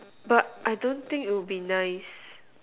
but I don't think it'll be nice